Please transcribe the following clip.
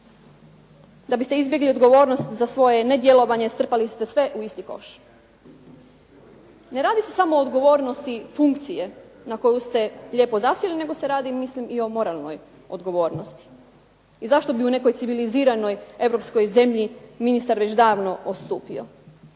da biste izbjegli odgovornost za svoje nedjelovanje strpali ste sve u isti koš. Ne radi se samo o odgovornosti funkcije na koju ste lijepo zasjeli nego se radi mislim i o moralnoj odgovornosti i zašto bi u nekoj civiliziranoj Europskoj zemlji ministar već davno odstupio.